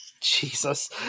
Jesus